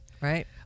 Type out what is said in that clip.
right